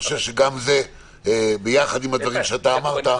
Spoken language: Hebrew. וזה יכול להתחבר לדברים שאמרת.